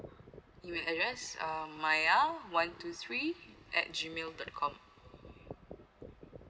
email address uh maya one two three at G mail dot com